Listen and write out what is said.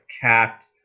cat